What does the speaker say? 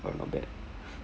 !wow! not bad